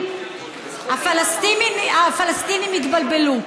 הפלסטינים התבלבלו.